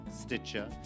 Stitcher